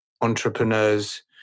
entrepreneurs